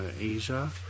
Asia